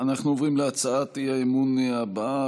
אנחנו עוברים להצעת האי-אמון הבאה,